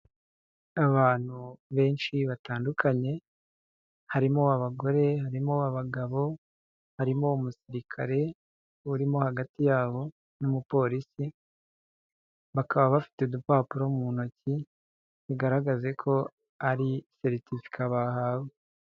Abantu benshi batandukanye, harimo abagore, harimo abagabo, harimo umusirikare urimo hagati yabo, n'umupolisi, bakaba bafite udupapuro mu ntoki, bigaraga ko ari seritifika bahawe.